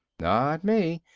not me,